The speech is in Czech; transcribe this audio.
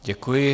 Děkuji.